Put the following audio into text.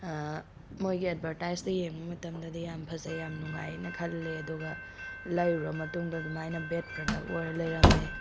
ꯃꯣꯏꯒꯤ ꯑꯦꯠꯚꯔꯇꯥꯏꯁꯇ ꯌꯦꯡꯕ ꯃꯇꯝꯗꯗꯤ ꯌꯥꯃ ꯐꯖꯩ ꯌꯥꯝ ꯅꯨꯡꯉꯥꯏꯌꯦꯅ ꯈꯜꯂꯦ ꯑꯗꯨꯒ ꯂꯩꯔꯨꯔ ꯃꯇꯨꯡꯗ ꯑꯗꯨꯃꯥꯏꯅ ꯕꯦꯠ ꯄ꯭ꯔꯗꯛ ꯑꯣꯏꯔ ꯂꯩꯔꯝꯃꯦ